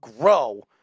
grow